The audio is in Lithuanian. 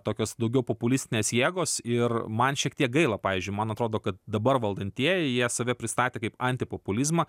tokios daugiau populistinės jėgos ir man šiek tiek gaila pavyzdžiui man atrodo kad dabar valdantieji jie save pristatė kaip antipopulizmą